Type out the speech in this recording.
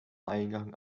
eingang